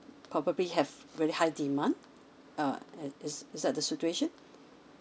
probably have very high demand uh it it's it's that the situation